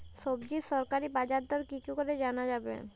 সবজির সরকারি বাজার দর কি করে জানা যাবে?